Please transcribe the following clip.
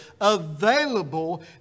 available